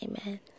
amen